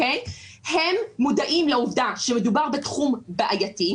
הם מודעים לעובדה שמדובר בתחום בעייתי,